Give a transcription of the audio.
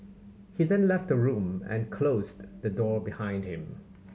he then left the room and closed the door behind him